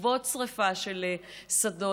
בעקבות שרפה של שדות,